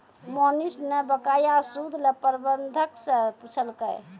मोहनीश न बकाया सूद ल प्रबंधक स पूछलकै